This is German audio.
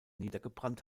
niedergebrannt